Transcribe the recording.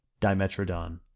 Dimetrodon